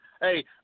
Hey